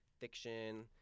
fiction